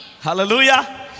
Hallelujah